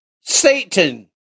Satan